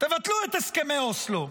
בטלו את הסכמי אוסלו.